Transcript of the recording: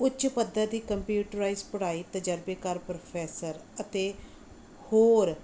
ਉੱਚ ਪੱਧਰ ਦੀ ਕੰਪਿਊਟਰਾਈਜ ਪੜ੍ਹਾਈ ਤਜਰਬੇਕਾਰ ਪ੍ਰੋਫੈਸਰ ਅਤੇ ਹੋਰ